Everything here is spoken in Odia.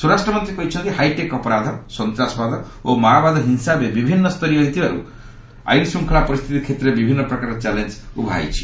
ସ୍ୱରାଷ୍ଟ୍ରମନ୍ତ୍ରୀ କହିଛନ୍ତି ହାଇଟେକ୍ ଅପରାଧ ସନ୍ତାସବାଦ ଓ ମାଓବାଦ ହିଂସା ଏବେ ବିଭିନ୍ନ ସ୍ତରୀୟ ହୋଇଥିବାରୁ ଆଇନ୍ ଶୃଙ୍ଖଳା ପରିସ୍ଥିତି କ୍ଷେତ୍ରରେ ବିଭିନ୍ନ ପ୍ରକାର ଚାଲେଞ୍ଜ ଦେଖା ଦେଇଛି